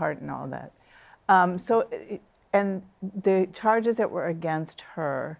part in all that so the charges that were against her